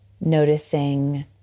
noticing